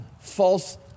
false